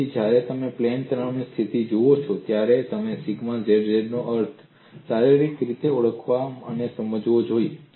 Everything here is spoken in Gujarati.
તેથી જ્યારે તમે પ્લેનની તાણની સ્થિતિ જુઓ છો ત્યારે તમારે સિગ્મા zzનો અર્થ શારીરિક રીતે ઓળખવો અને સમજવો જોઈએ